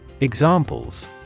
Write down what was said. Examples